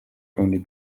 only